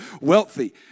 wealthy